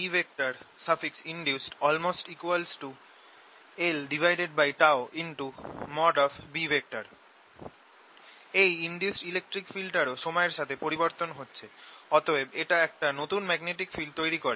এই induced electric ফিল্ডটারও সময়ের সাথে পরিবর্তন হচ্ছে অতএব এটা একটা নতুন ম্যাগনেটিক ফিল্ড তৈরি করে